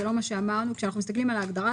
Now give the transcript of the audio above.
כשאנחנו מסתכלים על ההגדרה,